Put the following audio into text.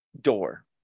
door